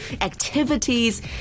activities